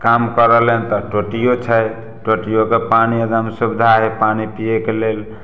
काम कऽ रहलै हन तऽ टोटियो छै टोटियोके पानि एकरामे सुबिधा है पानि पियैके लेल